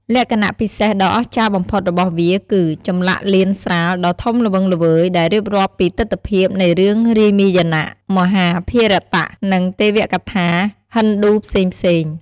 លក្ខណៈពិសេសដ៏អស្ចារ្យបំផុតរបស់វាគឺ ចម្លាក់លៀនស្រាលដ៏ធំល្វឹងល្វើយដែលរៀបរាប់ពីទិដ្ឋភាពនៃរឿងរាមាយណៈ មហាភារតៈ និងទេវកថាហិណ្ឌូផ្សេងៗ ។